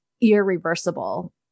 irreversible